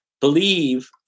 believe